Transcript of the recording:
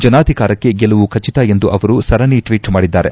ಜನಾಧಿಕಾರಕ್ಕೆ ಗೆಲುವು ಖಚಿತ ಎಂದು ಅವರು ಸರಣಿ ಟ್ವೀಟ್ ಮಾಡಿದ್ದಾರೆ